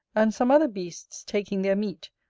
and some other beasts taking their meat,